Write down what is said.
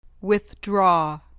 Withdraw